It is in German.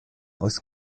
aus